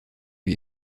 lui